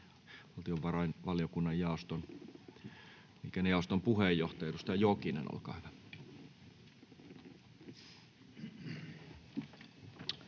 valtiovarainvaliokunnan liikennejaoston puheenjohtaja, edustaja Jokinen, olkaa hyvä.